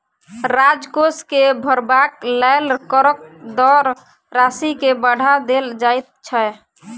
राजकोष के भरबाक लेल करक दर राशि के बढ़ा देल जाइत छै